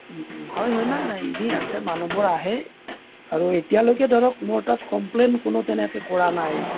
হয় হয় নাই নাই দি আছে মানুহ বোৰ আহে আৰু এতিয়ালৈকে ধৰক মোৰ তাত কমপ্লেইন কোনো তেনেকৈ কৰা নাই